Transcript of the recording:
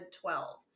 twelve